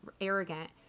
arrogant